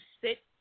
sit